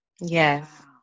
Yes